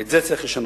ואת זה צריך לשנות.